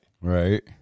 Right